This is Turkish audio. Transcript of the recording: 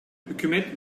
hükümet